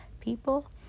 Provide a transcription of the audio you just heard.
people